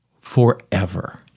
forever